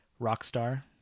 Rockstar